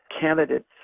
candidates